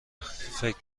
فکر